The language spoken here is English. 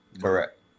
Correct